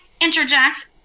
interject